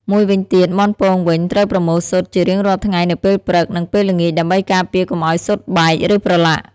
មួយវិញទៀត មាន់ពងវិញ ត្រូវប្រមូលស៊ុតជារៀងរាល់ថ្ងៃនៅពេលព្រឹក និងពេលល្ងាច ដើម្បីការពារកុំឲ្យស៊ុតបែក ឬប្រឡាក់។